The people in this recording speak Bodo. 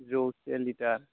जौसे लिटार